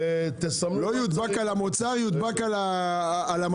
לא יודבק על המוצר יודבק על המדף.